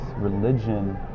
religion